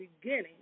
beginning